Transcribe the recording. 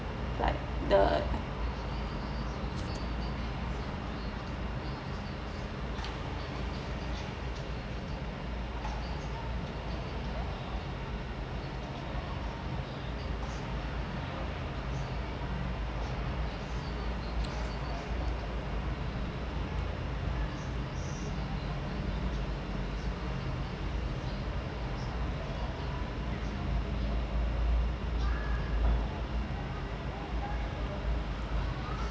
like the